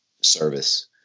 service